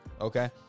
Okay